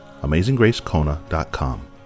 amazinggracekona.com